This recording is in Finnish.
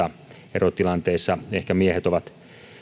erotilanteissa ehkä miehet ovat